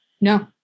No